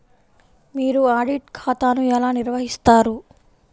మీరు ఆడిట్ ఖాతాను ఎలా నిర్వహిస్తారు?